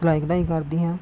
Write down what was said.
ਸਲਾਈ ਕਢਾਈ ਕਰਦੀ ਹਾਂ